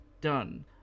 done